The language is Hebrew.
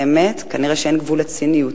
האמת, כנראה שאין גבול לציניות,